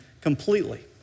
completely